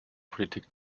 politik